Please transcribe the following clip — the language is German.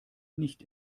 nicht